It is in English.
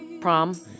prom